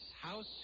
House